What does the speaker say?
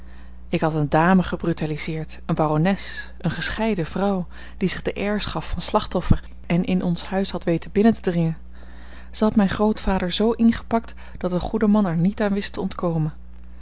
ik had eene dame gebrutaliseerd eene barones eene gescheiden vrouw die zich de airs gaf van slachtoffer en in ons huis had weten binnen te dringen zij had mijn grootvader zoo ingepakt dat de goede man er niet aan wist te ontkomen